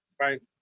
Right